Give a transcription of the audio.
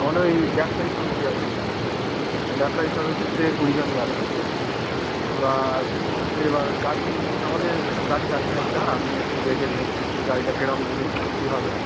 আমাদের ওই ব্যবসায়ী সমিতি আচে ব্যবসায়ী সমিতির থেকে কুড়িজন যাবে এবার এবার গাড়ি আমাদের গাড়ি লাগবে একটা আপনি একটু দেখে দিন গাড়িটা কীরকম দিলে কীরকম কি হবে